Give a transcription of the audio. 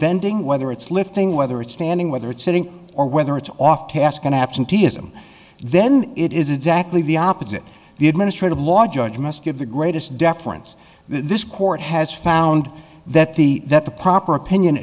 bending whether it's lifting whether it's standing whether it's sitting or whether it's off task on absenteeism then it is exactly the opposite the administrative law judge must give the greatest deference this court has found that the that the proper opinion